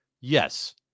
Yes